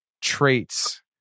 traits